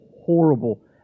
horrible